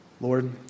Lord